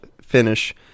finish